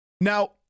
Now